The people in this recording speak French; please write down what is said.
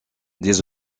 des